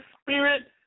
spirit